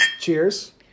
Cheers